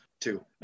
two